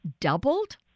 doubled